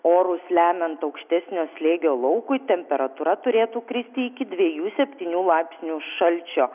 orus lemiant aukštesnio slėgio laukui temperatūra turėtų kristi iki dviejų septynių laipsnių šalčio